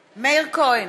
כהן,